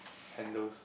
handles